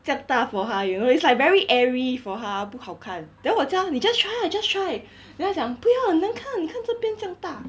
这样大 for 他 you know is like very airy for 他不好看 then 我叫他你 just try lah just try then 他讲不要很难看你看这边这样大